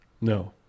no